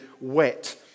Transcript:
wet